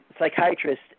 psychiatrist